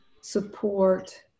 support